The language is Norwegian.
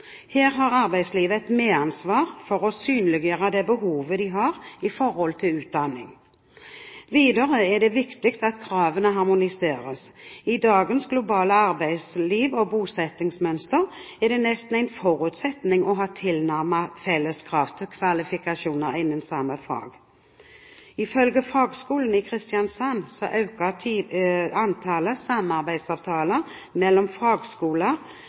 Her har arbeidslivet et medansvar for å synliggjøre det behovet de har i forhold til utdanning. Videre er det viktig at kravene harmoniseres. I dagens globale arbeidsliv og bosettingsmønster er det nesten en forutsetning å ha tilnærmet felles krav til kvalifikasjoner innen samme fag. Ifølge Fagskolen i Kristiansand øker antallet samarbeidsavtaler mellom